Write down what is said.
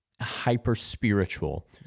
hyper-spiritual